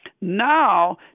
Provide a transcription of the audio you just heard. now